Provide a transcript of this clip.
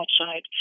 outside